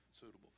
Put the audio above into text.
suitable